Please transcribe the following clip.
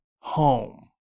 home